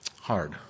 Hard